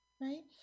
right